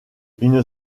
une